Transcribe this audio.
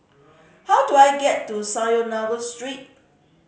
how do I get to Synagogue Street